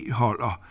holder